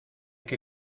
que